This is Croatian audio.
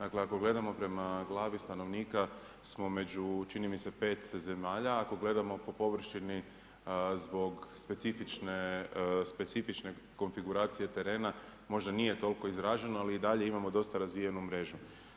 Ako gledamo prema glavi stanovnika, smo među čini mi se 5 zemalja, ako gledamo po površini, zbog specifične konfiguracije terena možda nije toliko izraženo, ali i dalje imamo dosta razvijenu mrežu.